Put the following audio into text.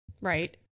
Right